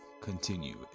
continue